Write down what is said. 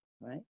right